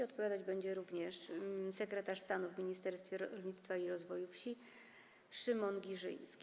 Odpowiadać będzie również sekretarz stanu w Ministerstwie Rolnictwa i Rozwoju Wsi Szymon Giżyński.